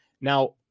Now